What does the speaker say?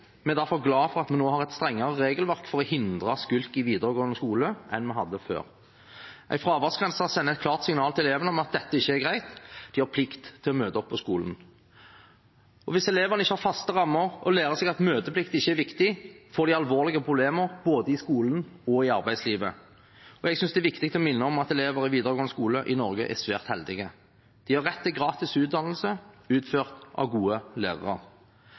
Vi er derfor glad for at vi nå har et strengere regelverk for å hindre skulk i videregående skole, enn vi hadde før. En fraværsgrense sender et klart signal til elevene om at dette ikke er greit. De har plikt til å møte opp på skolen. Hvis elevene ikke har faste rammer og lærer seg at møteplikt ikke er viktig, får de alvorlige problemer både i skolen og i arbeidslivet. Og jeg synes det er viktig å minne om at elever i videregående skole i Norge er svært heldige. De har rett til gratis utdannelse, utført av gode lærere.